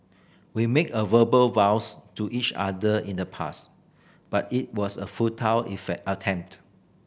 we make a verbal vows to each other in the past but it was a futile attempt